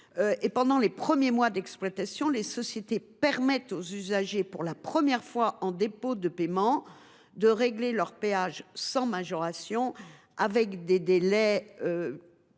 Pendant les premiers mois d’exploitation, les sociétés permettent aux usagers qui se trouvent pour la première fois en dépôt de paiement de régler leur péage sans majoration dans des délais suffisants.